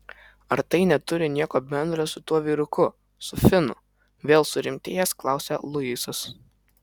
ar tai neturi nieko bendra su tuo vyruku su finu vėl surimtėjęs klausia luisas